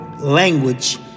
language